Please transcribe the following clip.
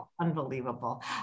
Unbelievable